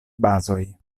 bazoj